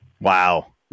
Wow